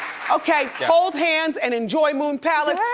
okay, hold hands and enjoy moon palace.